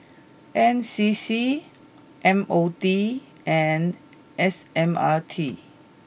N C C M O D and S M R T